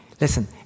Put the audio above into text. Listen